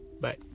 Bye